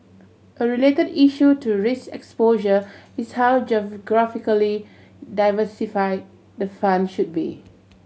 a related issue to risk exposure is how geographically diversified the fund should be